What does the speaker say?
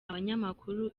abanyamakuru